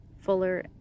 fuller